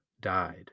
died